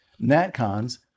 Natcons